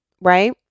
right